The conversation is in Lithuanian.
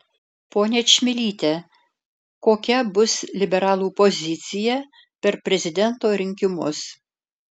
ponia čmilyte kokia bus liberalų pozicija per prezidento rinkimus